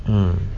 mm